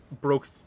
broke